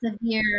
severe